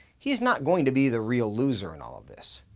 he's not going to be the real loser in all of this.